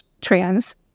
trans